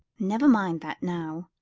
never mind that now.